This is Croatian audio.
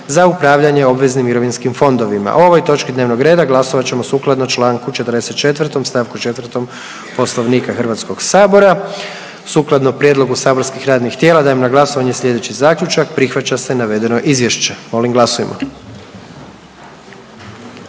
za upravljanje obveznim mirovinskim fondovima. O ovoj točki dnevnog reda glasovat ćemo sukladno Članku 44. stavku 4. Poslovnika Hrvatskog sabora. Sukladno prijedlogu saborskih radnih tijela dajem na glasovanje slijedeći Zaključak, prihvaća se navedeno izvješće. Molim glasujmo.